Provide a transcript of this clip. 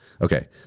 Okay